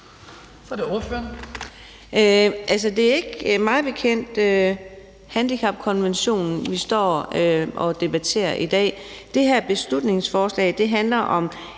det er mig bekendt ikke handicapkonventionen, vi står og debatterer i dag. Det her beslutningsforslag handler om